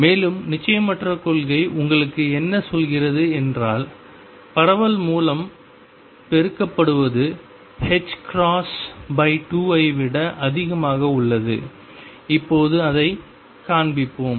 மேலும் நிச்சயமற்ற கொள்கை உங்களுக்கு என்ன சொல்கிறது என்றால் பரவல் மூலம் பெருக்கப்படுவது 2 ஐ விட அதிகமாக உள்ளது இப்போது அதைக் காண்பிப்போம்